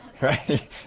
Right